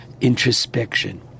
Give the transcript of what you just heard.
introspection